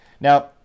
Now